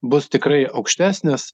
bus tikrai aukštesnis